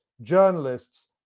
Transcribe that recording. journalists